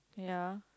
ya